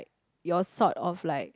your sort of like